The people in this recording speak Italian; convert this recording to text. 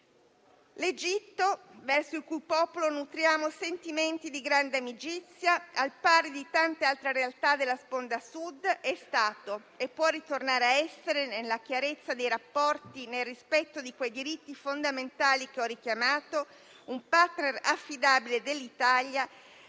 L'Egitto, verso il cui popolo nutriamo sentimenti di grande amicizia, al pari di tante altre realtà della sponda Sud, è stato e può ritornare a essere - nella chiarezza dei rapporti e nel rispetto di quei diritti fondamentali che ho richiamato - un *partner* affidabile dell'Italia